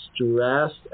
stressed